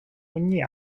ogni